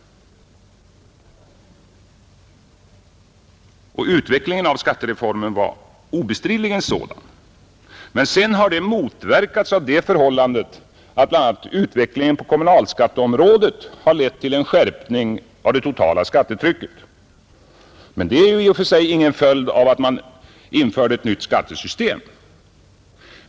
Uppläggningen av skattereformen var obestridligen sådan, men detta har sedan motverkats av det förhållandet att bl.a. utvecklingen på kommunalskatteområdet lett till en skärpning av det totala skattetrycket. Detta är dock i och för sig ingen följd av att man införde ett nytt skattesystem.